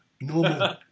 normal